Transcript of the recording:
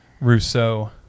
Rousseau